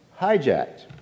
hijacked